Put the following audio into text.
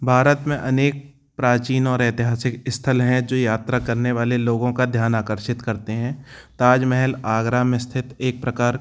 भारत में अनेक प्राचीन और ऐतिहासिक स्थल है जो यात्रा करने वाले लोगों का ध्यान आकर्षित करते हैं ताज महल आगरा में स्थित एक प्रकार